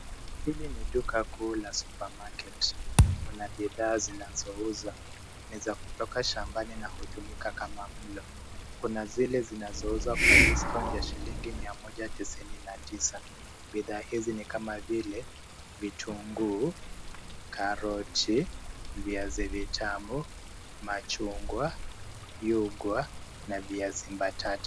Hili ni duka kuu la Supermarket . Kuna bidhaa zinazouzwa ni za kutoka shambani na hutumika kama mlo. Kuna zile zinazouzwa kwa discount ya shilingi mia moja tisini na tisa. Bidhaa hizi ni kama vile: vitunguu, karoti, viazi vitamu, machungwa, yugwa na viazi mbatata.